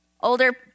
Older